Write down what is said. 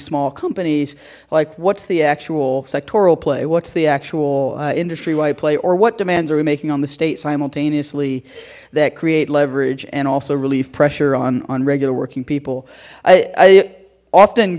small companies like what's the actual sectoral play what's the actual industry why play or what demands are we making on the state simultaneously that create leverage and also relieve pressure on on regular working people i often